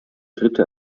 dritte